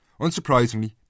Unsurprisingly